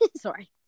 Sorry